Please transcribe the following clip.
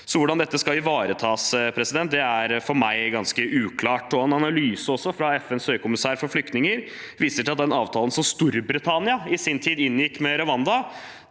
Hvordan dette skal ivaretas, er for meg derfor ganske uklart. En analyse fra FNs høykommissær for flyktninger viser til at den avtalen som Storbritannia i sin tid inngikk med Rwanda,